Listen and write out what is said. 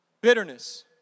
bitterness